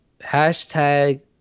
hashtag